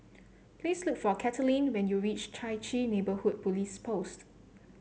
please look for Kathaleen when you reach Chai Chee Neighbourhood Police Post